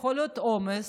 יכול להיות עומס.